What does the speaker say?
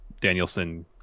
Danielson